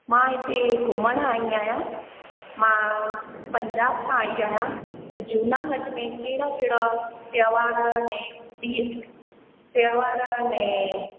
मां हिते घुमण आई आहियां मां पंजाब मां आई आहियां हे जूनागढ़ में कहिड़ा केड़ा कहिड़ा में इहे